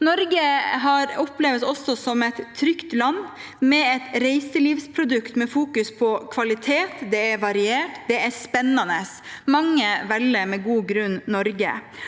Norge oppleves også som et trygt land, med et reiselivsprodukt med fokus på kvalitet. Det er variert, det er spennende. Mange velger med god grunn Norge.